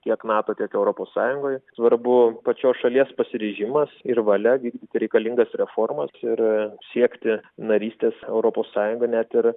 tiek nato tiek europos sąjungoj svarbu pačios šalies pasiryžimas ir valia vykdyti reikalingas reformas ir siekti narystės europos sąjungoj net ir